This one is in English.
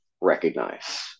recognize